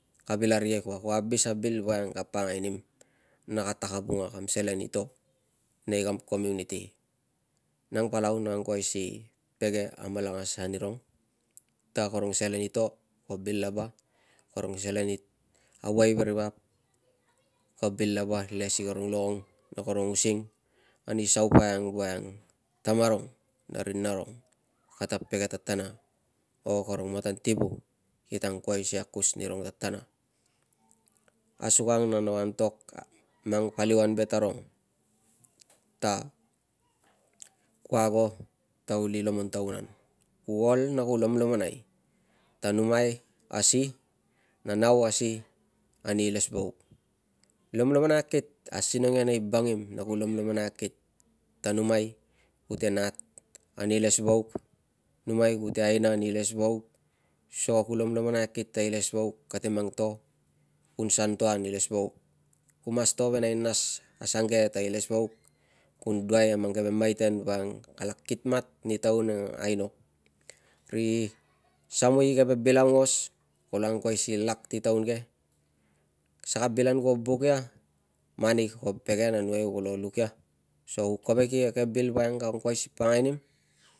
Ka vil arikek ua, ku abis a bil woiang ka pakangai nim na ka tak avunga na kam selen i to nei kam komuniti. Nang palau no angkuai si pege amalangas anirong ta karong selen i to ko bil lava, karong selen i auai veri vap ko bil lava le si karong longong na karong using ani saupai ang woiang tamarung veri narung kata pege tatana o karung matan tivu kita angkuai si akus nirong tatana asuang na no antok ta ku ago ta kuli lomontaun an, ku ol na ku lomlomonai ta ta numai a si na nau a si ani ilesvauk. Lomolomonai akit, asinong ia nei bangim na ku lomlomonai akit ta numai kute nat ani ilesvauk, numai kute aina ani ilesvauk so ku lomlomonai akit ta ilesvauk kate mang to, kun san to an ilesvauk. Ku mas to velai nas asange ta ilesvauk kun duai a mang keve maiten woiang kala kitmat ani taun ang aino. Ri samui i keve bil aungos kolo angkuai si lak ti taun ke, saka bil an kuo buk ia mani ko pege na numai kulo luk ia so ku kovek i ke bil ang woiang ka angkau si pakangai nim